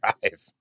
drive